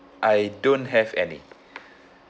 I don't have any